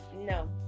No